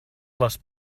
les